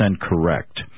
correct